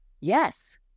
Yes